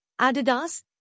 Adidas